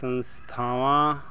ਸੰਸਥਾਵਾਂ